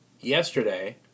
Yesterday